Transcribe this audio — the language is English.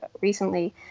recently